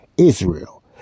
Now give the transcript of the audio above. Israel